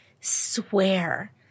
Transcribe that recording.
swear